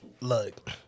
look